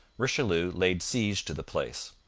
richelieu laid siege to the place.